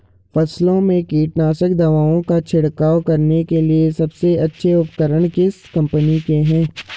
फसलों में कीटनाशक दवाओं का छिड़काव करने के लिए सबसे अच्छे उपकरण किस कंपनी के हैं?